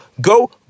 go